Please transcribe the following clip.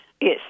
yes